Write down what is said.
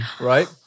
Right